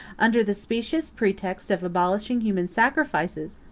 under the specious pretext of abolishing human sacrifices,